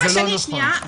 תקשיב לי שנייה,